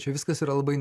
čia viskas yra labai